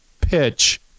pitch